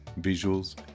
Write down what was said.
visuals